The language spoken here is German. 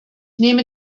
nehme